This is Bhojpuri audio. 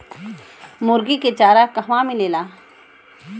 मुर्गी के चारा कहवा मिलेला?